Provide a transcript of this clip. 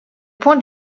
point